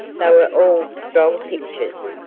they were all strong pictures.